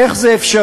איך זה אפשרי?